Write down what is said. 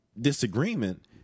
disagreement